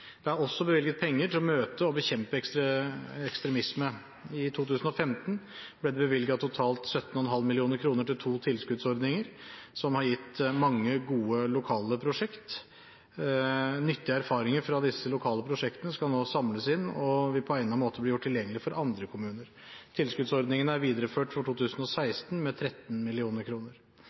Det er også bevilget penger til å møte og bekjempe ekstremisme. I 2015 ble det bevilget totalt 17,5 mill. kr til to tilskuddsordninger som har gitt mange gode lokale prosjekt. Nyttige erfaringer fra disse lokale prosjektene skal nå samles inn og vil på egnet måte bli gjort tilgjengelig for andre kommuner. Tilskuddsordningene er videreført for 2016 med 13